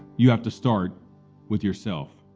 you have to start with yourself.